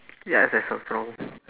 ya that sounds wrong